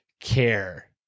care